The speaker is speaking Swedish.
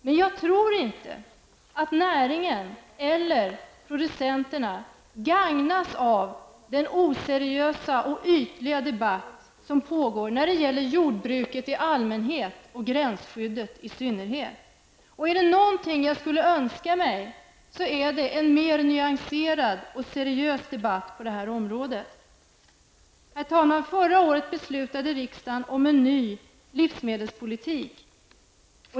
Men jag tror inte att näringen eller producenterna gagnas av den oseriösa och ytliga debatt som pågår när det gäller jordbruket i allmänhet och gränsskyddet i synnerhet. Om det är något som jag önskar mig är det en mer nyanserad och seriös debatt på detta område. Herr talman! Riksdagen beslutade förra året om en ny livsmedelspolitik.